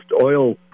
oil